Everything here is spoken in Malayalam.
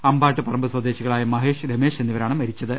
അമ്പാട്ട് പറമ്പ് സ്വദേശികളായ മഹേഷ് രമേഷ് എന്നിവരാണ് മരിച്ചത്